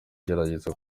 igerageza